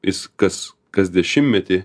jis kas kas dešimtmetį